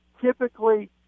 typically